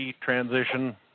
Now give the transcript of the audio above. transition